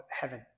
heaven